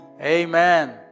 Amen